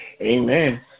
Amen